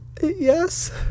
Yes